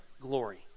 glory